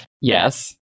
Yes